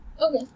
okay